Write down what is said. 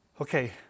Okay